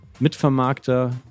Mitvermarkter